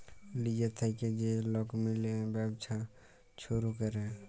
লিজের থ্যাইকে যে লক মিলে ব্যবছা ছুরু ক্যরে